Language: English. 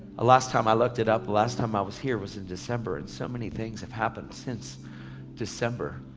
last time, i looked it up, the last time i was here was in december. and so many things have happened since december.